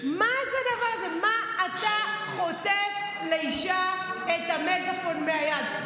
מה אתה חוטף לאישה את המגפון מהיד?